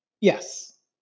Yes